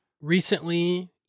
recently